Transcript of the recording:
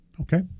Okay